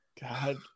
God